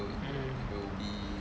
mm